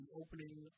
opening